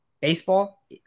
Baseball